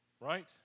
Right